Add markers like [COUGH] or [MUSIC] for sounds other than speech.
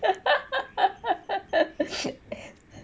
[LAUGHS]